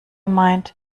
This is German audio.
meint